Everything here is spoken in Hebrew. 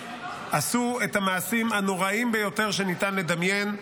עשו את המעשים הנוראיים ביותר שניתן לדמיין.